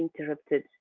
Interrupted